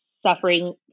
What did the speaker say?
suffering